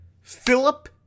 Philip